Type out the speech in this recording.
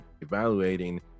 evaluating